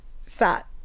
sat